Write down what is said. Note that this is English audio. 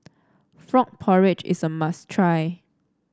Frog Porridge is a must try